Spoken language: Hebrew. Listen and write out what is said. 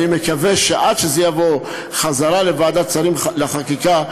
אני מקווה שעד שזה יבוא חזרה לוועדת שרים לחקיקה,